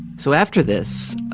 so after this,